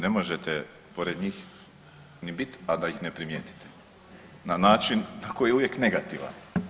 Ne možete pored njih ni biti, a da ih ne primijetite, na način koji je uvijek negativan.